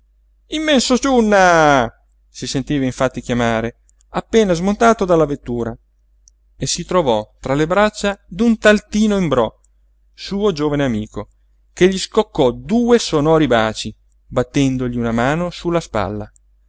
a tutti immenso ciunna si sentí infatti chiamare appena smontato dalla vettura e si trovò tra le braccia d'un tal tino imbrò suo giovane amico che gli scoccò due sonori baci battendogli una mano su la spalla